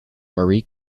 marie